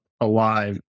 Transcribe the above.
alive